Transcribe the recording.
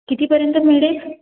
कितीपर्यंत मिळेल